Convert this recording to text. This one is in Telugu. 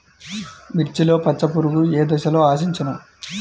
మిర్చిలో పచ్చ పురుగు ఏ దశలో ఆశించును?